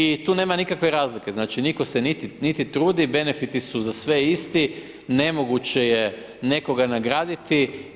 I tu nema nikakve razlike, znači nitko se niti ne trudi, benfiti su za sve isti, ne moguće je nekoga nagradi.